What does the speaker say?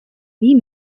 wie